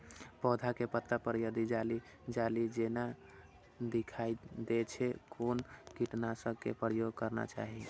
पोधा के पत्ता पर यदि जाली जाली जेना दिखाई दै छै छै कोन कीटनाशक के प्रयोग करना चाही?